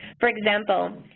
for example,